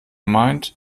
meint